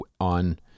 on